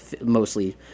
mostly